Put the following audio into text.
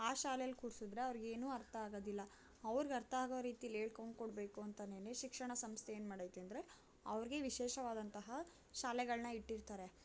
ಆ ಶಾಲೆಯಲ್ಲಿ ಕೂರಿಸಿದ್ರೆ ಅವರಿಗೆ ಏನೂ ಅರ್ಥ ಆಗೋದಿಲ್ಲ ಅವ್ರಿಗೆ ಅರ್ಥ ಆಗೋ ರೀತಿಲಿ ಹೇಳ್ಕೊಂಡು ಕೊಡಬೇಕು ಅಂತಮೇಲೆ ಶಿಕ್ಷಣ ಸಂಸ್ಥೆ ಏನು ಮಾಡೈತೆ ಅಂದರೆ ಅವ್ರಿಗೆ ವಿಶೇಷವಾದಂತಹ ಶಾಲೆಗಳನ್ನ ಇಟ್ಟಿರ್ತಾರೆ